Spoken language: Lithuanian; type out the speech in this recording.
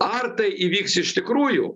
ar tai įvyks iš tikrųjų